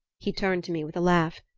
he turned to me with a laugh.